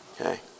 Okay